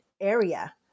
area